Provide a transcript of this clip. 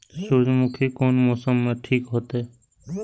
सूर्यमुखी कोन मौसम में ठीक होते?